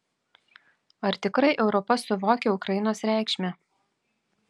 ar tikrai europa suvokia ukrainos reikšmę